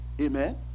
Amen